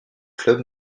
club